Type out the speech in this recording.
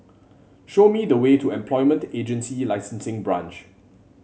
show me the way to Employment Agency Licensing Branch